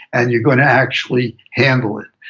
and you're going to actually handle it,